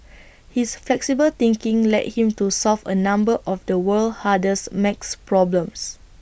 his flexible thinking led him to solve A number of the world's hardest maths problems